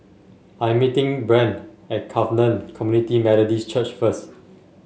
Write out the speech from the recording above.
I'm meeting Brant at Covenant Community Methodist Church first